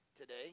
today